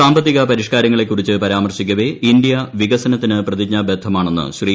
സാമ്പത്തിക പരിഷ്കാരങ്ങളെക്കുറിച്ച് പരാമർശിക്കവെ ഇന്ത്യ വികസനത്തിന് പ്രതിജ്ഞാബദ്ധമാണെന്ന് ശ്രീ